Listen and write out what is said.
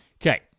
Okay